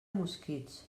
mosquits